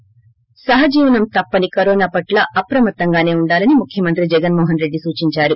ి సహజీవనం తప్పని కరోనా పట్ల అప్రమత్తంగానే ఉండాలని ముఖ్యమంత్రి జగన్మోహన్రెడ్డి సూచించారు